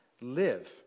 live